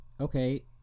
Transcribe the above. okay